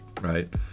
right